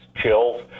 chills